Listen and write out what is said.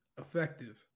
Effective